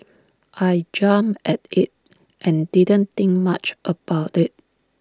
I jumped at IT and didn't think much about IT